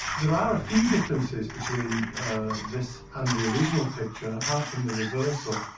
there are a few differences between this and the original picture, apart from the reversal.